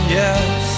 yes